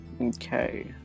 Okay